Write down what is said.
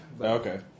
Okay